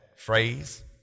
phrase